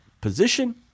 position